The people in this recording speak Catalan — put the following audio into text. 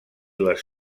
les